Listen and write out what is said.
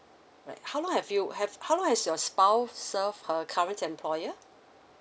right how long have you have how long have your spouse served her current employer